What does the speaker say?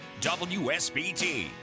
WSBT